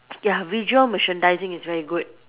ya visual merchandising is very good